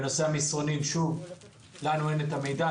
בנושא המסרונים לנו אין את המידע.